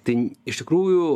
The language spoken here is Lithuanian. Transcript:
tai iš tikrųjų